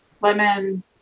Lemon